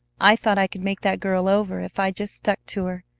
i thought i could make that girl over if i just stuck to her.